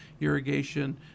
irrigation